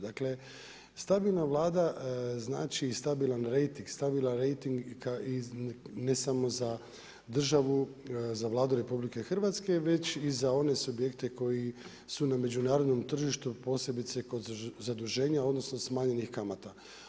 Dakle stabilna vlada znači i stabilan rejting, stabilan rejting ne samo za državu za Vladu RH već i za one subjekte koji su na međunarodnom tržištu, posebice kod zaduženja odnosno smanjenih kamata.